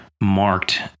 marked